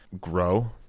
grow